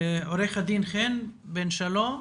עורך הדין חן בן שלום.